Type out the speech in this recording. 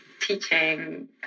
teaching